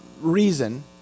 reason